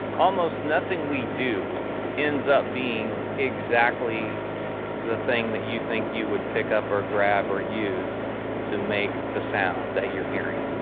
almost nothing we do ends up being exactly the thing that you think you would pick up or grab or use to make the sound that you're hearing.